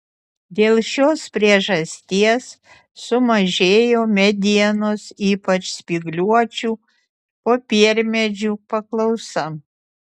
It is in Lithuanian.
dėl šios priežasties sumažėjo medienos ypač spygliuočių popiermedžių paklausa